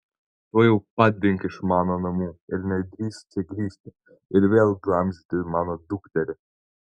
tuojau pat dink iš mano namų ir nedrįsk čia grįžti ir vėl glamžyti mano dukterį